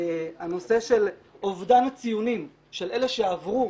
הנושא של אובדן הציונים של אלה שעברו,